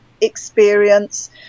experience